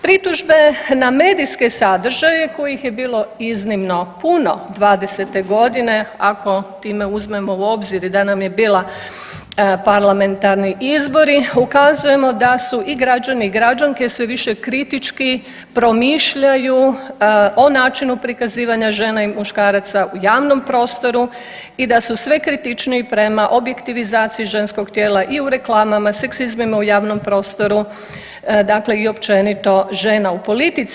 Pritužbe na medijske sadržaje kojih je bilo iznimno puno '20.-te godine ako time uzmemo u obzir i da nam je bila parlamentarni izbori, ukazujemo da su i građani i građanke sve više kritički promišljaju o načinu prikazivanja žena i muškaraca u javnom prostoru i da su sve kritičniji prema objektivizaciji ženskog tijela i u reklamama, seksizmima u javnom prostoru dakle i općenito žena u politici.